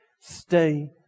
Stay